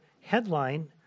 headline